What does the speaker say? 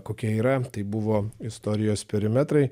kokia yra tai buvo istorijos perimetrai